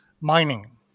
mining